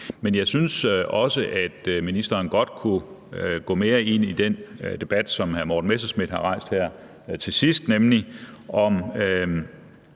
Men jeg synes også, at ministeren godt kunne gå mere ind i den debat, som hr. Morten Messerschmidt har rejst her til sidst, nemlig om